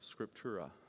scriptura